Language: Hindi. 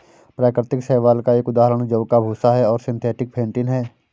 प्राकृतिक शैवाल का एक उदाहरण जौ का भूसा है और सिंथेटिक फेंटिन है